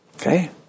Okay